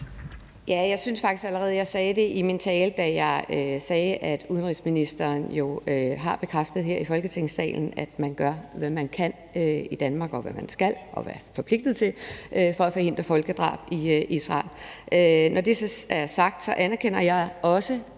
Jeg synes faktisk allerede, jeg sagde det i min tale, da jeg sagde, at udenrigsministeren jo har bekræftet her i Folketingssalen, at man gør, hvad man kan, og hvad man skal, og hvad man er forpligtet til i Danmark for at forhindre folkedrab i Israel. Når det så er sagt, anerkender jeg også